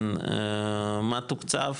מה תוקצב,